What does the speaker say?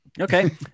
Okay